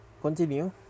continue